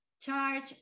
charge